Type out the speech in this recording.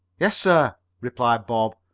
yes, sir, replied bob,